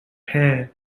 hare